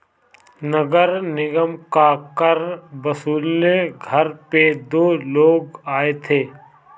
नगर निगम का कर वसूलने घर पे दो लोग आए थे